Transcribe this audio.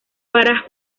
para